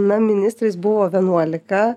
na ministrais buvo vienuolika